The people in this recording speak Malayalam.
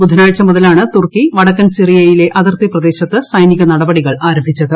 ബുധനാഴ്ചമുതലാണ്തുർക്കി വടക്കൻ സിറിയയിലെഅതിർത്തി പ്രദേശത്ത്സൈനിക നടപടികൾആരംഭിച്ചത്